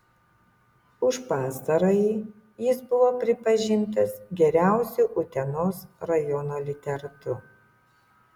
už pastarąjį jis buvo pripažintas geriausiu utenos rajono literatu